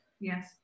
Yes